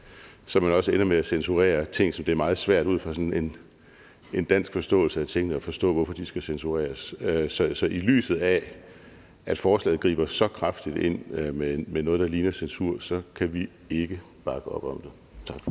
så man også ender med at censurere ting, som det er meget svært ud fra sådan en dansk forståelse af tingene at forstå hvorfor skal censureres. Så i lyset af at forslaget griber så kraftigt ind med noget, der ligner censur, kan vi ikke bakke op om det. Tak